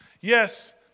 Yes